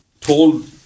told